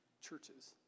Churches